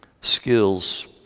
Skills